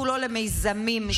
כולו למיזמים,